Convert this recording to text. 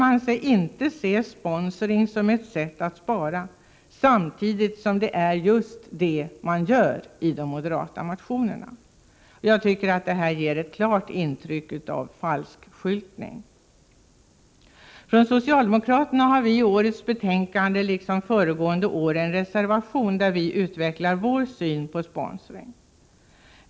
Man säger sig inte se sponsring som ett sätt att spara, samtidigt som det är just det man gör i de moderata motionerna. Jag tycker att detta ger ett klart intryck av falskskyltning. Socialdemokraterna har i årets betänkande liksom i föregående års en reservation där vi utvecklar vår syn på sponsring.